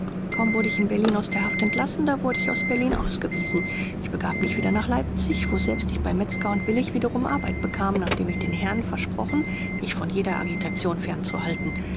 kaum wurde ich in berlin aus der haft entlassen da wurde ich aus berlin ausgewiesen ich begab mich wieder nach leipzig woselbst ich bei metzger und willig wiederum arbeit bekam nachdem ich den herren versprochen mich von jeder agitation fernzuhalten